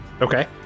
Okay